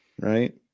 Right